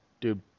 dude